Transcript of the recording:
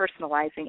personalizing